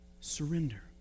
Surrender